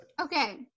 Okay